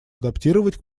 адаптировать